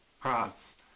props